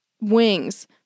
wings